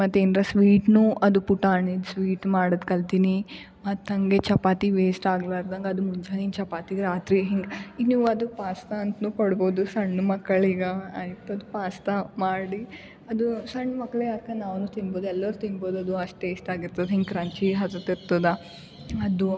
ಮತ್ತು ಏನ್ರ ಸ್ವೀಟ್ನು ಅದು ಪುಟಾಣಿ ಸ್ವೀಟ್ ಮಾಡೋದು ಕಲ್ತಿನಿ ಮತ್ತು ಹಂಗೆ ಚಪಾತಿ ವೇಸ್ಟ್ ಆಗ್ಲಾರ್ದಂಗೆ ಅದು ಮುಂಜಾನಿ ಚಪಾತಿಗೆ ರಾತ್ರಿ ಹಿಂಗೆ ಈಗ ನೀವು ಅದು ಪಾಸ್ತಾ ಅಂತ್ನು ಪಡ್ಬೌದು ಸಣ್ಣ ಮಕ್ಕಳಿಗೆ ಆ ಇಪ್ಪತ್ತು ಪಾಸ್ತಾ ಮಾಡಿ ಅದು ಸಣ್ಣ ಮಕ್ಳೆ ಹಾಕೋನ್ ನಾನು ತಿನ್ಬೌದು ಎಲ್ಲರು ತಿನ್ಬೌದು ಅದು ಅಷ್ಟು ಟೇಸ್ಟ್ ಆಗಿರ್ತದೆ ಹಿಂಗೆ ಕ್ರಂಚಿ ಹತತ್ತಿತ್ತದ ಮದ್ದು